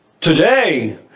Today